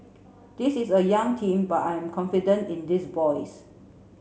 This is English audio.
this is a young team but I am confident in these boys